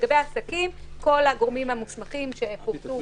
לגבי עסקים כל הגורמים המוסמכים שפורטו